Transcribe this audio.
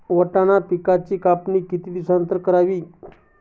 वाटाणा पिकांची कापणी किती दिवसानंतर करावी?